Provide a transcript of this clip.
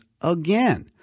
again